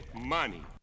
money